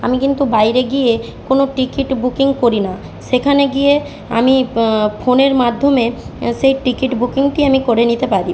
আমি কিন্তু বাইরে গিয়ে কোনো টিকিট বুকিং করি না সেখানে গিয়ে আমি ফোনের মাধ্যমে সেই টিকিট বুকিংটি আমি করে নিতে পারি